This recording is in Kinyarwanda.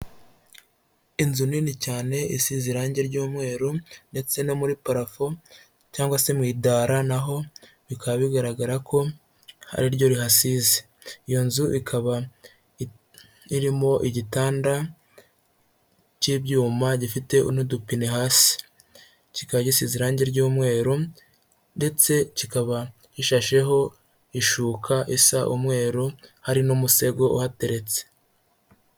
Inzu nini cyane isize irangi ry'umweru ndetse no muri parafo cyangwa se mi idara naho bikaba bigaragara ko ariryo rihasize, iyo nzu ikaba irimo igitanda cy'ibyuma gifite n'udupine hasi; kikaba gisize irangi ry'umweru ndetse kikaba gishasheho ishuka isa umweru hari n'umusego uhateretse.